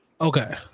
okay